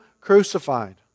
crucified